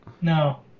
No